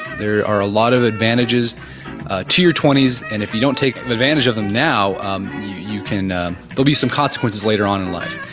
there are a lot of advantages to your twenty s and if you don't take advantage of them now um you can there will be some consequences later on in life.